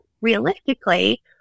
realistically